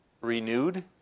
renewed